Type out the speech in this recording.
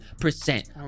percent